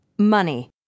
Money